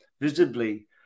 visibly